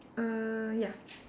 err ya